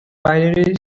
binary